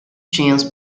change